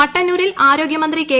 മട്ടന്നൂരിൽ ആരോഗ്യമന്ത്രി കെ